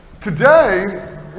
Today